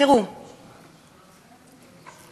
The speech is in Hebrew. הנושא הזה,